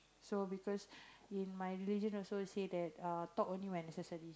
so because in my religion also say that err talk only when necessary